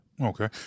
Okay